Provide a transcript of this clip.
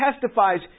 testifies